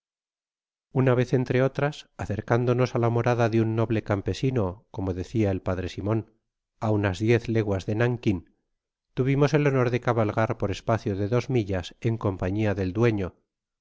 una vez entre otras acercándonos á la morada de un noble campesino como decia el p simon á unas diez leguas denankin tuvimos el honor de cabalgar por espacio de dos millas en compañia del dueño